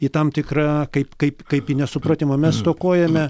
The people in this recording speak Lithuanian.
į tam tikrą kaip kaip kaip į nesupratimą mes stokojame